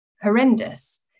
horrendous